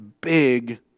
big